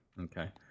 okay